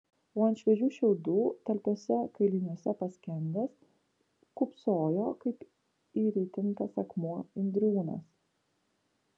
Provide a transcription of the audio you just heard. o ant šviežių šiaudų talpiuose kailiniuose paskendęs kūpsojo kaip įritintas akmuo indriūnas